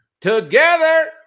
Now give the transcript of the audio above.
together